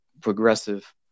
progressive